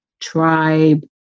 tribe